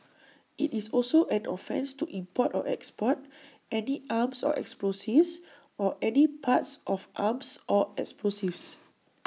IT is also an offence to import or export any arms or explosives or any parts of arms or explosives